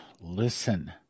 listen